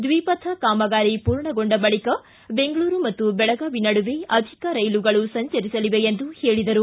ದ್ವಿಪಥ ಕಾಮಗಾರಿ ಪೂರ್ಣಗೊಂಡ ಬಳಿಕ ಬೆಂಗಳೂರು ಮತ್ತು ಬೆಳಗಾವಿ ನಡುವೆ ಅಧಿಕ ರೈಲುಗಳು ಸಂಚರಿಸಲಿವೆ ಎಂದು ಹೇಳಿದರು